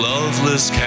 Loveless